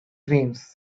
dreams